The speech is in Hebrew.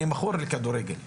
אני מכור לכדורגל,